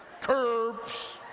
curbs